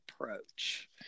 approach